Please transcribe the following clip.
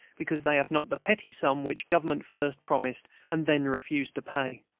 because they have not the petty sum which government first promised, and then refused to pay.